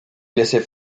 laissaient